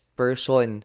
person